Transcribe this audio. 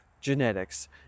genetics